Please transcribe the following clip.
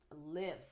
live